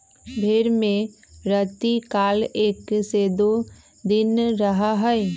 भेंड़ में रतिकाल एक से दो दिन रहा हई